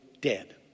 dead